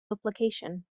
duplication